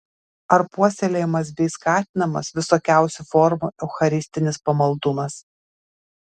ar puoselėjamas bei skatinamas visokiausių formų eucharistinis pamaldumas